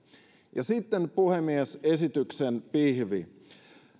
ja sitten puhemies esityksen pihvi